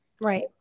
Right